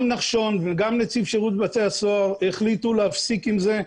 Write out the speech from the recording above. גם נחשון וגם נציב שירות בתי הסוהר החליטו להפסיק עם זה,